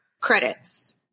credits